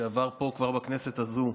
שעבר פה כבר בכנסת הזו,